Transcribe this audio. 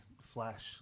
flash